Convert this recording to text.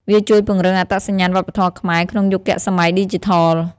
វាជួយពង្រឹងអត្តសញ្ញាណវប្បធម៌ខ្មែរ ក្នុងយុគសម័យឌីជីថល។